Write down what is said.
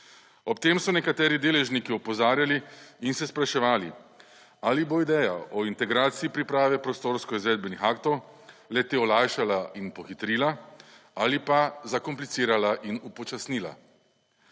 Ob tem so nekateri deležniki opozarjali in se spraševali, ali bo ideja o integraciji priprave prostorsko izvedbenih aktov le-te olajšala in pohitrila ali pa zakomplicirala in upočasnila.